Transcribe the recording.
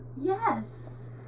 Yes